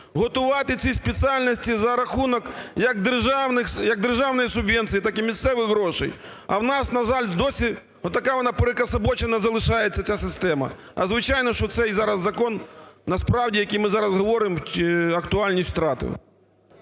готувати ці спеціальності за рахунок як державної субвенції, так і місцевих грошей. А в нас, на жаль, досі отака вона перекособочена залишається, ця система. А, звичайно, що цей зараз закон,. насправді, який ми зараз говоримо, актуальність втратив.